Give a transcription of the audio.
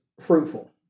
fruitful